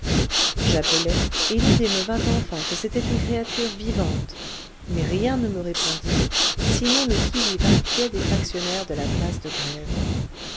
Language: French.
et l'idée me vint enfin que c'était une créature vivante mais rien ne me répondit sinon le qui-vive inquiet des factionnaires de la place de grève